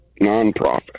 nonprofit